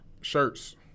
Shirts